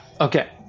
Okay